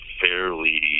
fairly